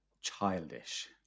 childish